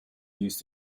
used